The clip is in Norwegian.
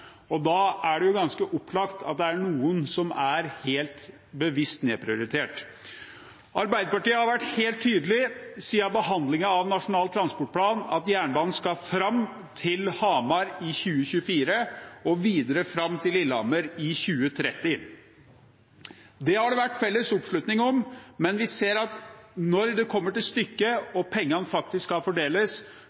Da er det ganske opplagt at det er noen som er helt bevisst nedprioritert. Arbeiderpartiet har siden behandlingen av Nasjonal transportplan vært helt tydelig på at jernbanen skal fram til Hamar i 2024, og videre fram til Lillehammer i 2030. Det har det vært felles oppslutning om, men vi ser at når det kommer til stykket og pengene faktisk skal fordeles,